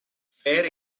fair